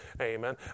Amen